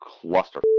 cluster